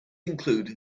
include